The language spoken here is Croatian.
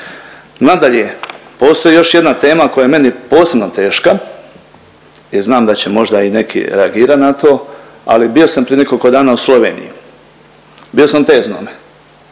Nadalje, postoji još jedna tema koja je meni posebno teška i znam da će možda i neki reagirat na to, ali bio sam prije nekoliko dana u Sloveniji, bio sam u Teznome